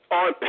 on